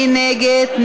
מי נגד?